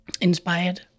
inspired